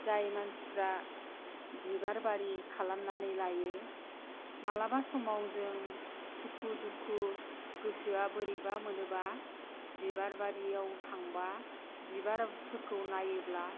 जाय मानसिफोरा बिबारबारि खालामनानै लायो माब्लाबा समाव जों सुखु दुखु गोसोआ बोरैबा मोनब्ला बिबारबारियाव थांब्ला बिबारफोरखौ नायोब्ला